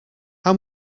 how